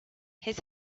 his